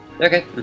Okay